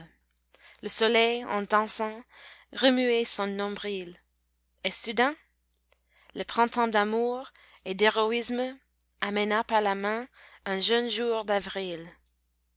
le soleil en dansant remuait son nombril et soudain le printemps d'amour et d'héroïsme amena par la main un jeune jour d'avril